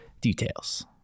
details